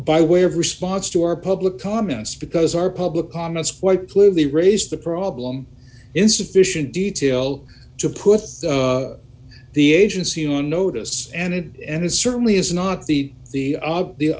by way of response to our public comments because our public comments quite clearly raised the problem in sufficient detail to put the agency on notice and it and it certainly is not the the